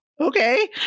okay